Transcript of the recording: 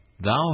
Thou